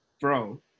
bro